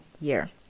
year